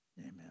Amen